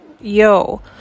yo